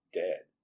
dead